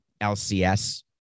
LCS